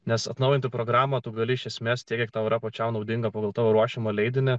nes atnaujintą programą tu gali iš esmės tiek kiek tau yra pačiai naudinga pagal tavo ruošiamą leidinį